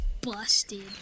busted